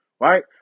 Right